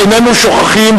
איננו שוכחים,